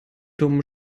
dummen